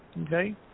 okay